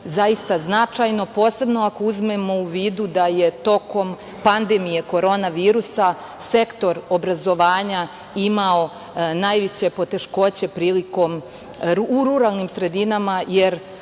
zaista značajno, posebno ako imamo u vidu da je tokom pandemije korona virusa sektor obrazovanja imao najveće poteškoće u ruralnim sredinama, u